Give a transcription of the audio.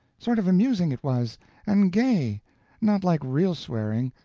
sort of amusing it was and gay not like real swearing,